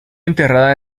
enterrada